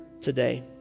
today